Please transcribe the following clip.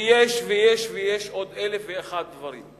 ויש, ויש, ויש עוד אלף ואחד דברים.